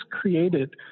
created